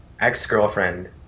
ex-girlfriend